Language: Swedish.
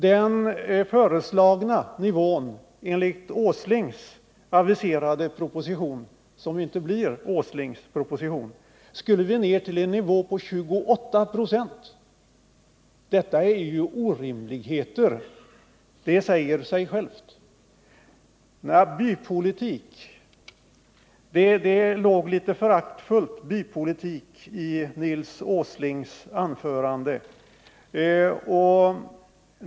Den föreslagna nivån enligt den av Nils Åsling aviserade propositionen, som inte blir herr Åslings proposition, är på 28 96. Detta är ju orimligheter! Det säger sig självt. Det låg litet förakt i Nils Åslings anförande när han talade om bypolitik.